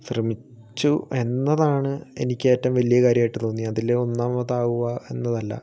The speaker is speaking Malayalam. ശ്രമിച്ചു എന്നതാണ് എനിക്ക് ഏറ്റവും വലിയ കാര്യമായിട്ടു തോന്നിയത് അതിൽ ഒന്നാമത് ആകുക എന്നതല്ല